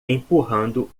empurrando